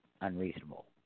unreasonable